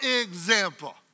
example